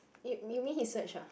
you you mean he search ah